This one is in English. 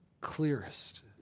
clearest